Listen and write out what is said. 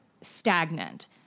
stagnant